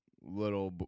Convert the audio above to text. little